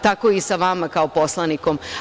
Tako i sa vama kao poslanikom.